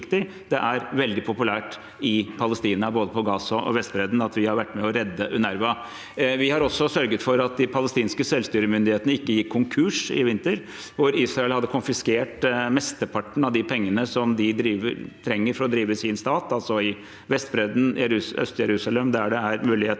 Det er veldig populært i Palestina – både i Gaza og på Vestbredden – at vi har vært med og reddet UNRWA. Vi har også sørget for at de palestinske selvstyremyndighetene ikke gikk konkurs i vinter, da Israel hadde konfiskert mesteparten av de pengene de trenger for å drive sin stat – altså på Vestbredden, i Øst-Jerusalem,